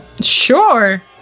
Sure